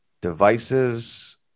devices